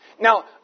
Now